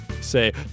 Say